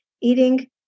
eating